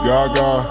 Gaga